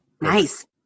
Nice